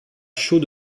chaux